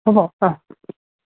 হ'ব অহ